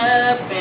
up